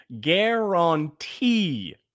guarantee